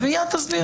מיד תסביר.